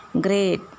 great